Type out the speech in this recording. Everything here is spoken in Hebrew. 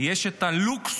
יש את הלוקסוס